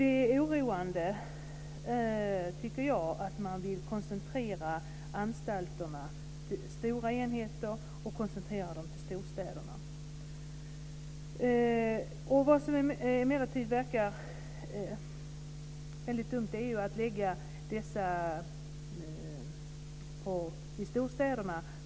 Jag tycker att det är oroande att man vill koncentrera anstalterna till stora enheter och koncentrera dem till storstäderna. Det verkar väldigt dumt ur arbetsmarknadssynpunkt att lägga dessa anstalter i storstäderna.